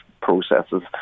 processes